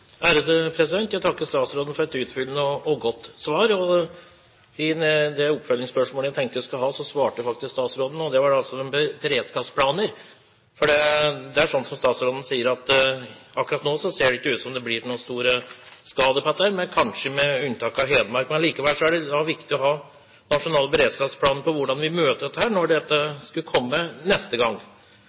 Jeg takker statsråden for et utfyllende og godt svar. Det oppfølgingsspørsmålet jeg tenkte jeg skulle stille, svarte faktisk statsråden på – og det var altså dette med beredskapsplaner. Det er sånn som statsråden sier, at akkurat nå ser det ikke ut som det blir noen store skader på skogen, kanskje med unntak av Hedmark. Allikevel er det viktig å ha en nasjonal beredskapsplan for hvordan vi møter dette når det kommer neste gang.